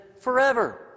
forever